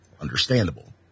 understandable